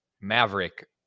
Maverick